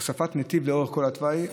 הוספת נתיב לאורך כל התוואי.